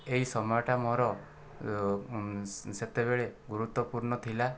ଏହି ସମୟଟା ମୋର ସେତେବେଳେ ଗୁରୁତ୍ୱପୂର୍ଣ୍ଣ ଥିଲା